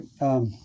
right